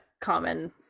common